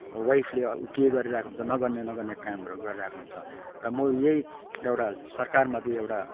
वाइफले के गरिरहेको हुन्छ नगर्ने नगर्ने कामहरू गरिरहेको हुन्छ र म यही एउटा सरकारमाथि एउटा